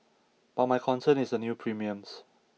but my concern is the new premiums